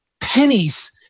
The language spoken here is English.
pennies